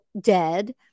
dead